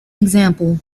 example